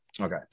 Okay